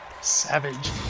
Savage